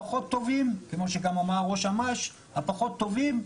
הפחות טובים, כמו שגם אמר ראש אמ"ש, הפחות טובים,